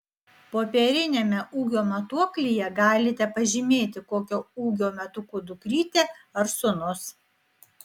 popieriniame ūgio matuoklyje galite pažymėti kokio ūgio metukų dukrytė ar sūnus